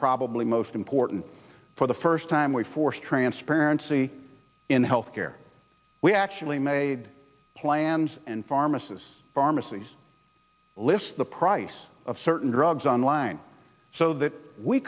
probably most important for the first time we forced transparency in health care we actually made plans and pharmacists pharmacies list the price of certain drugs online so that we